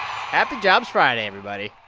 happy jobs friday, everybody